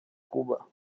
cuba